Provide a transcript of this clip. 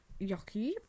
yucky